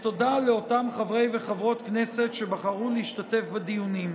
תודה לאותם חברי וחברות כנסת שבחרו להשתתף בדיונים.